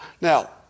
Now